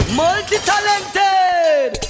multi-talented